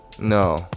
no